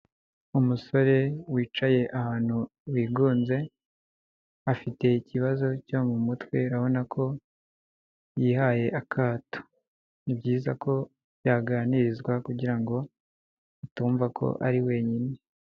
Umusore wicaye ahantu wigunze, afite ikibazo cyo mu mutwe arabona ko yihaye akato. Ni byiza ko yaganirizwa kugira ngo atumva ko ari wenyine.